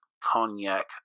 cognac